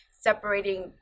separating